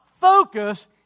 focus